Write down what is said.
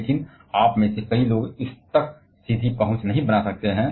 लेकिन आप में से कई लोग इस तक सीधी पहुंच नहीं बना सकते हैं